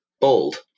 BOLD